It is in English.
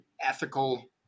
ethical